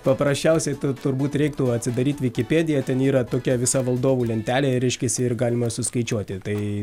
paprasčiausiai tu turbūt reiktų atsidaryt vikipediją ten yra tokia visa valdovų lentelė reiškiasi ir galima suskaičiuoti tai